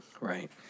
Right